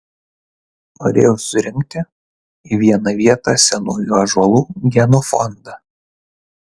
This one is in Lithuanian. norėjau surinkti į vieną vietą senųjų ąžuolų genofondą